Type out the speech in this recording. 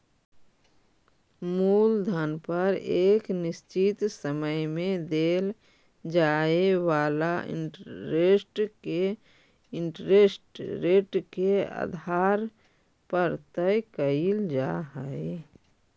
मूलधन पर एक निश्चित समय में देल जाए वाला इंटरेस्ट के इंटरेस्ट रेट के आधार पर तय कईल जा हई